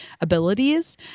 abilities